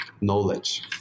knowledge